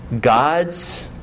God's